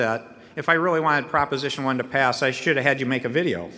that if i really wanted proposition one to pass i should have had to make a video